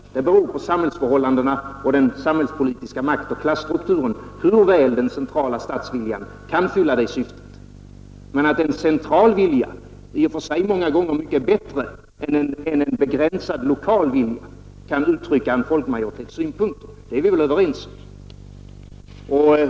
Det beror på samhällsförhållandena och den samhällspolitiska maktoch klasstrukturen hur väl den centrala statsviljan kan fylla detta syfte. Men att en central vilja i och för sig många gånger mycket bättre än en begränsad lokal vilja kan uttrycka en folk majoritets synpunkt är vi väl överens om.